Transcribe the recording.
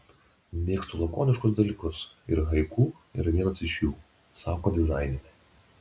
mėgstu lakoniškus dalykus ir haiku yra vienas jų sako dizainerė